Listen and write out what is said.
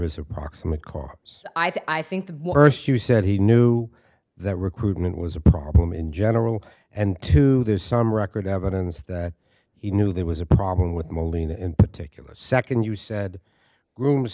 is a proximate cause i think the worst you said he knew that recruitment was a problem in general and to this some record evidence that he knew there was a problem with molina in particular second you said groom